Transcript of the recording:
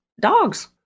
dogs